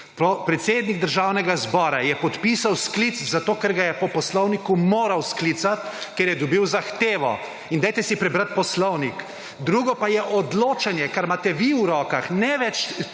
Predsednik Državnega zbora je podpisal sklic, zato ker ga je po poslovniku moral sklicat, ker je dobil zahtevo. In dajte si prebrat poslovnik. Drugo pa je odločanje, kar imate vi v rokah, ne več